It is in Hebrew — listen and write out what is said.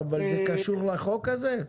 זה קשור לחוק הזה?